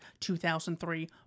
2003